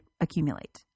accumulate